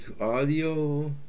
audio